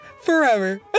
forever